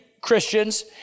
christians